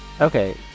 Okay